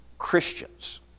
christians